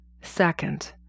Second